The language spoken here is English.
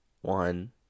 One